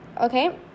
okay